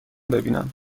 ببینم